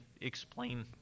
explain